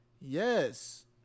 Yes